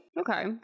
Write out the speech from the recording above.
Okay